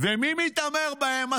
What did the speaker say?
ומי מתעמר בהם?